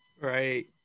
right